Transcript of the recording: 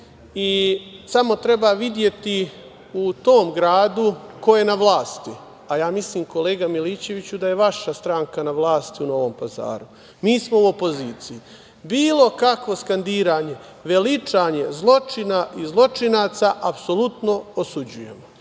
i samo treba videti u tom gradu ko je na vlasti, a ja mislim, kolega Milićeviću, da je vaša stranka na vlasti u Novom Pazaru. Mi smo u opoziciji. Bilo kakvo skandiranje, veličanje zločina i zločinaca apsolutno osuđujemo